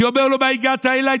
כי הוא אומר לו: מה הגעת אליי?